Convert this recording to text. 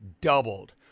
doubled